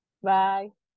Bye